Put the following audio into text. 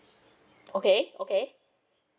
okay okay